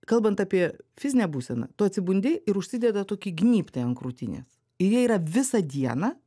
kalbant apie fizinę būseną tu atsibundi ir užsideda toki gnybtai ant krūtinės ir jie yra visą dieną